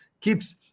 keeps